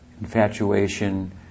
infatuation